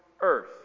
earth